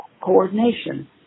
coordination